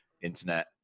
internet